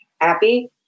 happy